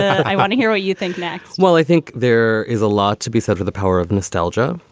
i want to hear what you think next well, i think there is a lot to be said for the power of nostalgia.